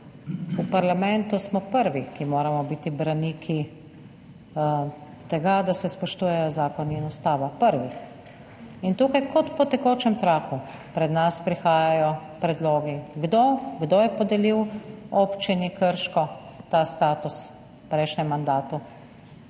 v parlamentu smo prvi, ki moramo biti braniki tega, da se spoštujejo zakoni in Ustava, prvi. Tukaj kot po tekočem traku pred nas prihajajo predlogi. Kdo je podelil Občini Krško ta status v prejšnjem mandatu?